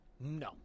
no